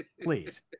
please